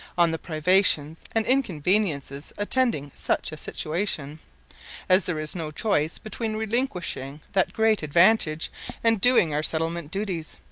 on the privations and inconveniences attending such a situation as there is no choice between relinquishing that great advantage and doing our settlement duties.